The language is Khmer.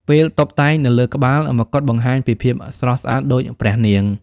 ពេលតុបតែងនៅលើក្បាល មកុដបង្ហាញពីភាពស្រស់ស្អាតដូចព្រះនាង។